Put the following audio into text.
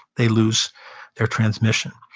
they lose their transmission.